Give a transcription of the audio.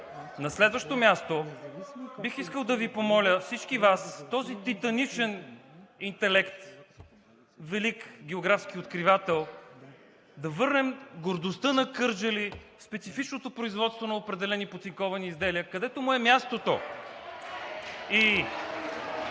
На следващо място, бих искал да Ви помоля – всички Вас, този титаничен интелект, велик географски откривател, да върнем гордостта на Кърджали, специфичното производство на определени поцинковани изделия, където му е мястото.